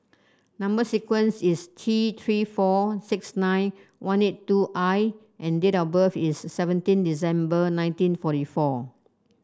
number sequence is T Three four six nine one eight two I and date of birth is seventeen December nineteen forty four